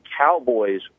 Cowboys